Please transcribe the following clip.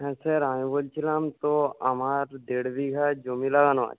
হ্যাঁ স্যার আমি বলছিলাম তো আমার দেড় বিঘা জমি লাগানো আছে